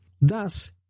Thus